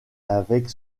avec